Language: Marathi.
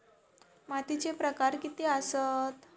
मातीचे प्रकार किती आसत?